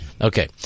okay